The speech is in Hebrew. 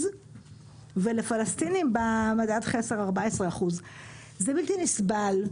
ולפלסטינים במדד חסר 14%. זה בלתי נסבל.